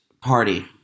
Party